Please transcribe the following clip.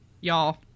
y'all